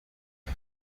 nta